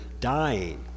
dying